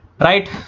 Right